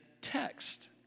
text